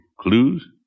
Clues